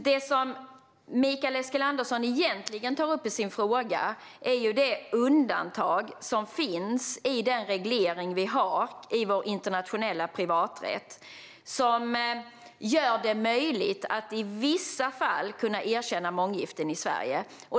Det som Mikael Eskilandersson egentligen tar upp i sin fråga är det undantag som finns i den reglering vi har i vår internationella privaträtt och som gör det möjligt att i vissa fall erkänna månggiften i Sverige.